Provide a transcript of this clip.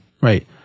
Right